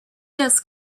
just